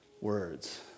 words